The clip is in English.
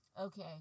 Okay